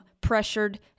pressured